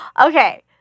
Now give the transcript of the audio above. Okay